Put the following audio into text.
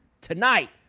tonight